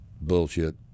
bullshit